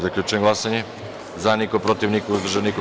Zaključujem glasanje: za – niko, protiv – niko, uzdržanih – nema.